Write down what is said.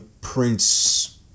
Prince